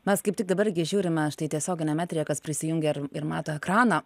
mes kaip tik dabar gi žiūrime štai tiesioginiam eteryje kas prisijungė ir ir mato ekraną